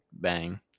bang